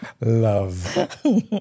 Love